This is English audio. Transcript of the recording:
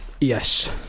Yes